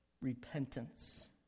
repentance